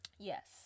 Yes